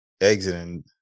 Exiting